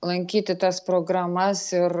lankyti tas programas ir